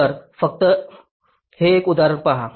तर फक्त हे उदाहरण पहा